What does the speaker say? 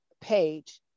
page